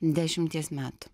dešimties metų